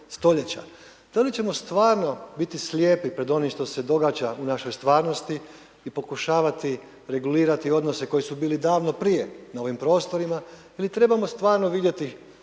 stoljeća? Da li ćemo stvarno biti slijepi pred onim što se događa u našoj stvarnosti i pokušavati regulirati odnose koji su bili davno prije na ovim prostorima, ili trebamo stvarno vidjeti